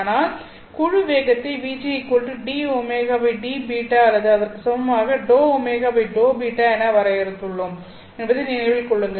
ஆனால் குழு வேகத்தை vgdωdβ அல்லது அதற்கு சமமாக ∂ω∂β என வரையறுத்துள்ளோம் என்பதை நினைவில் கொள்ளுங்கள்